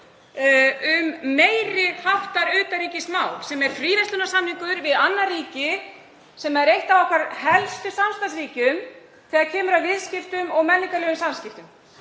um meiri háttar utanríkismál, sem er fríverslunarsamningur við annað ríki sem er eitt af okkar helstu samstarfsríkjum þegar kemur að viðskiptum og menningarlegum samskiptum.